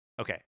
Okay